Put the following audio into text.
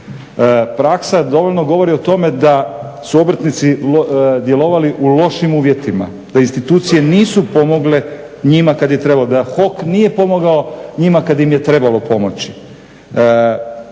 Praksa dovoljno govori o tome da su obrtnici djelovali u lošim uvjetima, da institucije nisu pomogle njima kad je trebalo, da HOC nije pomogao njima kad im je trebalo pomoći.